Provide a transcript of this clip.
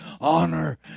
honor